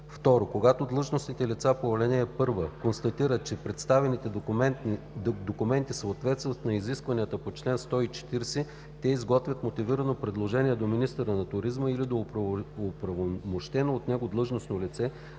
(2) Когато длъжностните лица по ал. 1 констатират, че представените документи съответстват на изискванията на чл. 140, те изготвят мотивирано предложение до министъра на туризма или до оправомощено от него длъжностно лице